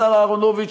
השר אהרונוביץ,